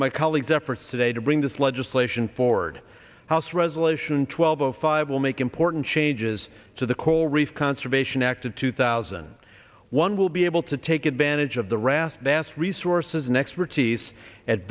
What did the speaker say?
my colleagues efforts today to bring this legislation forward house resolution twelve o five will make important changes to the coral reef conservation act of two thousand one will be able to take advantage of the raft vast resources and expertise at